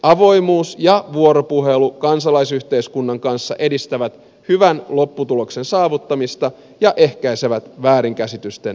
avoimuus ja vuoropuhelu kansalaisyhteiskunnan kanssa edistävät hyvän lopputuloksen saavuttamista ja ehkäisevät väärinkäsitysten leviämistä